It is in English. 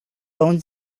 own